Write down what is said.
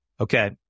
Okay